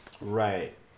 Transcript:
right